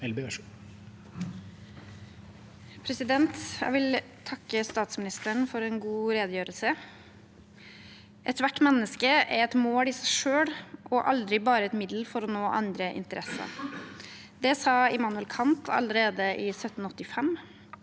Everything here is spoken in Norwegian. (V) Jeg vil takke statsminis- teren for en god redegjørelse. Ethvert menneske er et mål i seg selv og aldri bare et middel for å nå andre interesser. Det sa Immanuel Kant allerede i 1785,